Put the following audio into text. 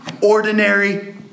ordinary